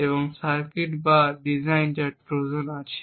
এবং সার্কিট বা ডিজাইন যার ট্রোজান আছে